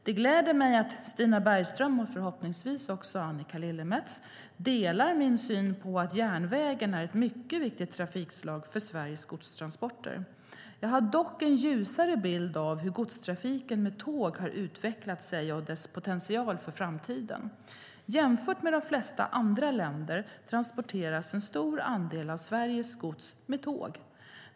Det gläder mig att Stina Bergström, och förhoppningsvis också Annika Lillemets, delar min syn på att järnvägen är ett mycket viktigt trafikslag för Sveriges godstransporter. Jag har dock en ljusare bild av hur godstrafiken med tåg har utvecklat sig och dess potential för framtiden. Jämfört med i de flesta andra länder transporteras en stor andel av Sveriges gods med tåg.